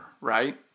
right